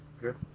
Good